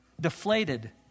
deflated